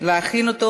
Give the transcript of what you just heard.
התוצאות,